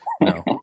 No